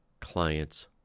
clients